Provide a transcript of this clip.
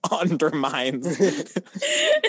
undermines